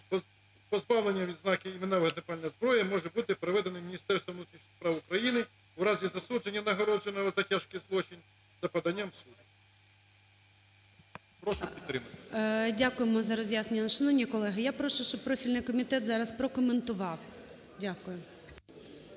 Позбавлення відзнаки "Іменна вогнепальна зброя" може бути проведено Міністерством внутрішніх сил України в разі засудження нагородженого за тяжкий злочин за поданням суду.